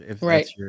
Right